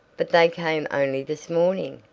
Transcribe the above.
but they came only this morning,